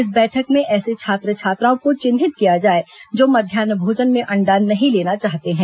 इस बैठक में ऐसे छात्र छात्राओं को चिन्हित किया जाए जो मध्यान्ह भोजन में अंडा नहीं लेना चाहते हैं